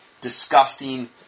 disgusting